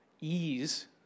ease